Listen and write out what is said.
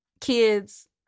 kids